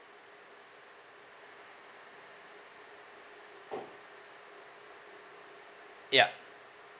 yup